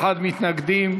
81 מתנגדים,